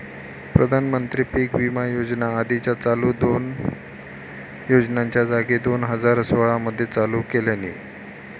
प्रधानमंत्री पीक विमा योजना आधीच्या चालू दोन योजनांच्या जागी दोन हजार सोळा मध्ये चालू केल्यानी